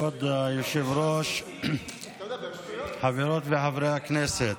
כבוד היושב-ראש, חברות וחברי הכנסת,